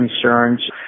concerns